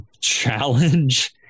challenge